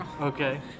Okay